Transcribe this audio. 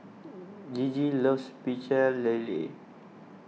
Gigi loves Pecel Lele